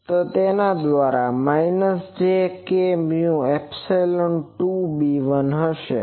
તો તે jkμϵમાઈનસ J k mu epsilon 2 B1 હશે